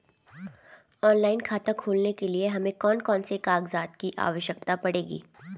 Online खाता खोलने के लिए हमें कौन कौन से कागजात की आवश्यकता पड़ेगी?